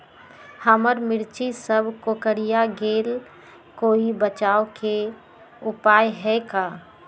हमर मिर्ची सब कोकररिया गेल कोई बचाव के उपाय है का?